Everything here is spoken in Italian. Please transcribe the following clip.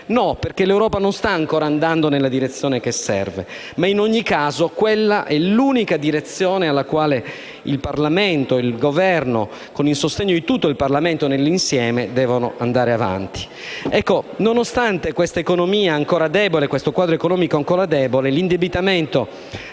No, perché l'Europa non sta ancora andando nella direzione che serve, ma in ogni caso quella è l'unica direzione nella quale Parlamento e il Governo, con il sostegno di tutto il Parlamento nel suo insieme, devono procedere. Nonostante questa economia e questo quadro economico ancora deboli, l'indebitamento